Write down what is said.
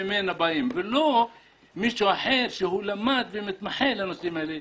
באים ממנה ולא עושה זאת מישהו אחר שלמד ומתמחה בנושאים האלה,